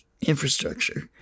infrastructure